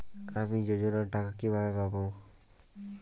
আমি যোজনার টাকা কিভাবে পাবো?